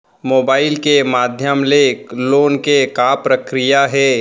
Mobile के माधयम ले लोन के का प्रक्रिया हे?